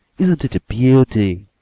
isn't it a beauty?